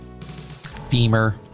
femur